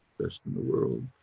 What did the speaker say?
best in the world.